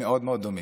מאוד מאוד דומים.